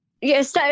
yes